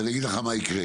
אז אני אגיד לך מה יקרה.